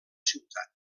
ciutat